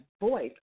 voice